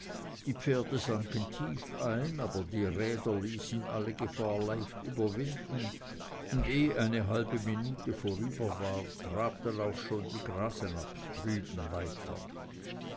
die pferde sanken tief ein aber die räder ließen alle gefahr leicht überwinden und ehe eine halbe minute vorüber war trabten auch schon die grasenabbs drüben weiter